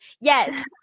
Yes